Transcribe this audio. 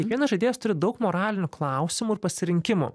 kiekvienas žaidėjas turi daug moralinių klausimų ir pasirinkimų